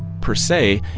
per se.